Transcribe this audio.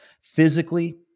physically